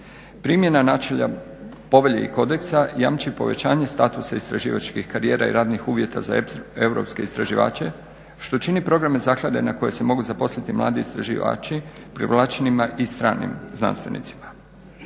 Primjena načela povelje i kodeksa jamči povećanje statusa istraživačkih karijera i radnih uvjeta za europske istraživače što čini programe zaklade na koje se mogu zaposliti mladi istraživači privlačenima i stranim znanstvenicima.